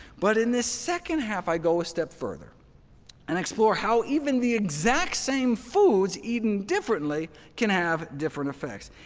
but in the second half i go a step further and explore how even the exact same foods eaten differently can have different effects.